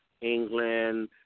England